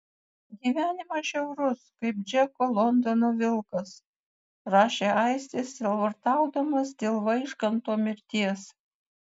gyvenimas žiaurus kaip džeko londono vilkas rašė aistis sielvartaudamas dėl vaižganto mirties